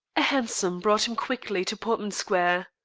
a hansom brought him quickly to portman square.